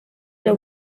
the